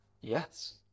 Yes